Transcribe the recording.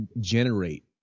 generate